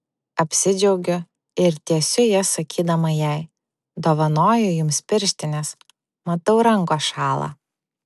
apsidžiaugiu ir tiesiu jas sakydama jai dovanoju jums pirštines matau rankos šąla